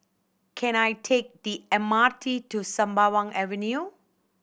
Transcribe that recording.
can I take the M R T to Sembawang Avenue